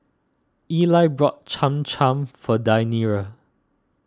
Eli bought Cham Cham for Deyanira